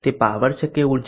તે પાવર છે કે ઉર્જા